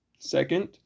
Second